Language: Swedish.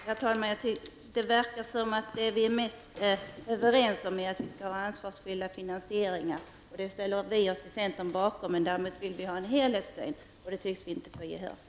Herr talman! Det verkar som att det vi är överens om är att man skall ha en ansvarsfull finansiering, för det ställer vi oss i centern också bakom. Däremot vill vi ha en helhetssyn, och det tycks vi inte få gehör för.